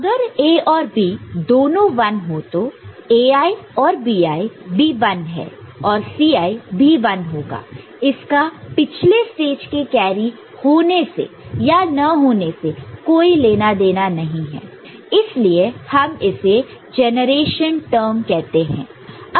अगर A और B दोनों 1 हो तो Ai और Bi भी 1 है और Ci भी 1 होगा इसका पिछले स्टेज के कैरी होने से या ना होने से कोई लेना देना नहीं है इसीलिए हम इसे जनरेशन टर्म कहते हैं